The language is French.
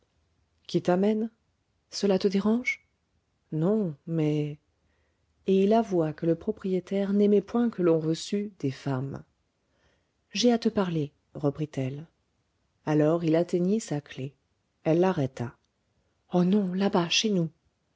qui t'amène cela te dérange non mais et il avoua que le propriétaire n'aimait point que l'on reçût des femmes j'ai à te parler reprit-elle alors il atteignit sa clef elle l'arrêta oh non là-bas chez nous